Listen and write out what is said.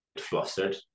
flustered